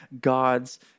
God's